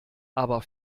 aber